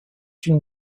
une